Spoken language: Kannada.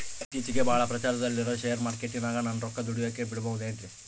ಇತ್ತೇಚಿಗೆ ಬಹಳ ಪ್ರಚಾರದಲ್ಲಿರೋ ಶೇರ್ ಮಾರ್ಕೇಟಿನಾಗ ನನ್ನ ರೊಕ್ಕ ದುಡಿಯೋಕೆ ಬಿಡುಬಹುದೇನ್ರಿ?